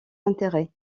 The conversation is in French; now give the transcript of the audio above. intérêt